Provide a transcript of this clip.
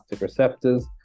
receptors